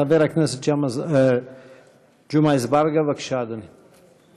חבר הכנסת ג'מעה אזברגה, בבקשה, אדוני.